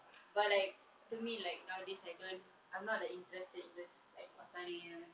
but like to me like nowadays I don't I'm not that interested in those like mat salleh